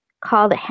called